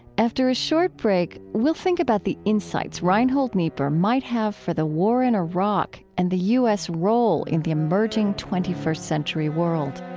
after a short break, we'll think about the insights reinhold niebuhr might have for the war in iraq and the u s. role in the emerging twenty first century world